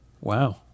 Wow